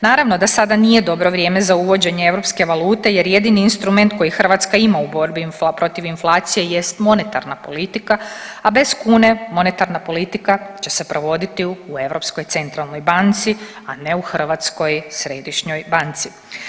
Naravno da sada nije dobro vrijeme za uvođenje europske valute jer jedini instrument koji Hrvatska ima u borbi protiv inflacije jest monetarna politika, a bez kune, monetarna politika će se provoditi u Europskoj centralnoj banci, a ne u Hrvatskoj središnjoj banci.